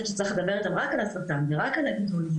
שצריך לדבר איתם רק על הסרטן ורק על הטיפול.